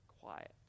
quiet